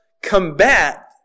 combat